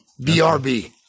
BRB